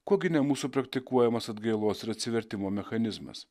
kogi ne mūsų praktikuojamas atgailos ir atsivertimo mechanizmas